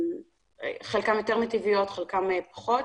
חלקן יותר מיטביות וחלקן פחות.